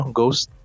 ghost